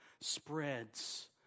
spreads